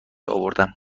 اوردم